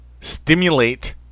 stimulate